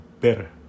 better